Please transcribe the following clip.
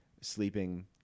sleeping